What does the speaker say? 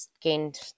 gained